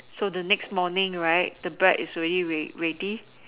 so the next morning right the bread is already ready